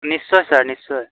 নিশ্চয় ছাৰ নিশ্চয়